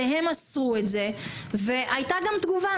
שעליהם אסרו את זה, והייתה גם תגובה.